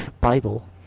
Bible